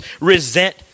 resent